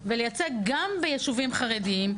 ולייצג גם ביישובים חרדיים,